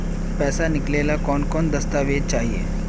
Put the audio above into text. पैसा निकले ला कौन कौन दस्तावेज चाहिए?